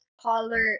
color